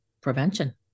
prevention